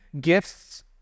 gifts